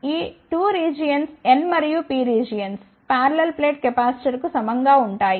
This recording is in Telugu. ఈ 2 రీజియన్స్ N మరియు P రీజియన్స్ పారలెల్ ప్లేట్ కెపాసిటర్లకు సమానం గా ఉంటాయి